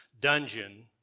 dungeon